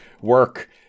work